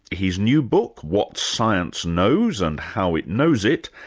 his new book, what science knows and how it knows it,